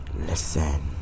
listen